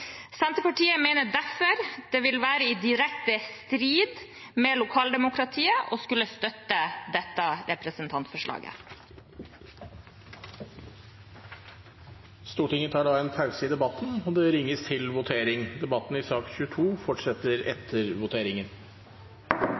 Senterpartiet mener derfor det vil være i direkte strid med lokaldemokratiet å skulle støtte dette representantforslaget. Stortinget tar da en pause i debatten, og det ringes til votering. Debatten i sak nr. 22 fortsetter etter voteringen.